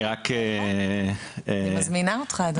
בוא, אני מזמינה אותך.